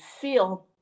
feel